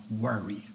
worry